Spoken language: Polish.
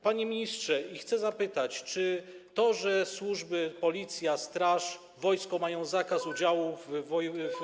Panie ministrze, chcę też zapytać: Czy to, że służby, Policja, straż, wojsko, mają zakaz udziału w święcie.